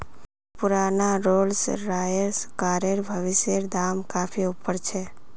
पुराना Rolls Royce कारेर भविष्येर दाम काफी ऊपर छे